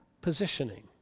Positioning